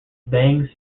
bang